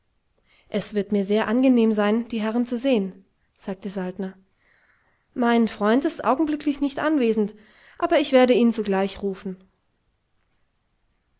es wird mir sehr angenehm sein die herren zu sehen sagte saltner mein freund ist augenblicklich nicht anwesend aber ich werde ihn sogleich rufen